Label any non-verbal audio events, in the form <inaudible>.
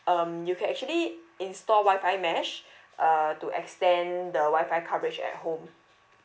um you can actually install wi-fi mesh <breath> uh to extend the wi-fi coverage at home